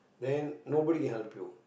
then nobody can help you